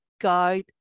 guide